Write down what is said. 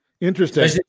Interesting